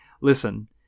listen